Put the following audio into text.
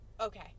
Okay